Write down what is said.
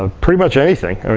ah pretty much anything.